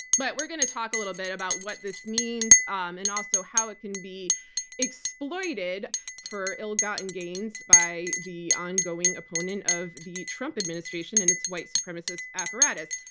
but we're going to talk a little bit about what this means um and also how it can be exploited for ill-gotten gains by the ongoing opponent of the trump administration and its white supremacist apparatus.